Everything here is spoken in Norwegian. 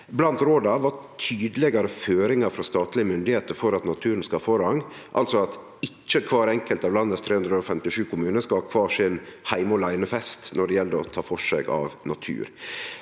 Blant råda var tydelegare føringar frå statlege myndigheiter for at naturen skal ha forrang, altså at ikkje kvar enkelt av landets 357 kommunar skal ha kvar sin heime åleine-fest når det gjeld å ta for seg av natur.